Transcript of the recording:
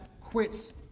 quits